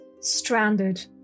Stranded